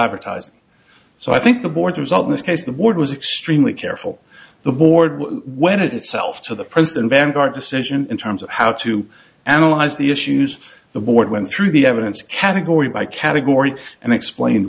advertising so i think the board result in this case the board was extremely careful the board when it itself to the person vanguard decision in terms of how to analyze the issues the board went through the evidence category by category and explain